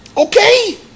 Okay